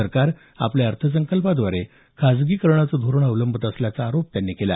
सरकार आपल्या अर्थसंकल्पाद्वारे खाजगीकरणाचं धोरण अवलंबत असल्याचा आरोप त्यांनी केला